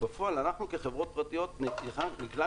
בפועל אנחנו כחברות פרטיות נקלענו